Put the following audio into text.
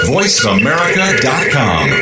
VoiceAmerica.com